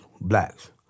blacks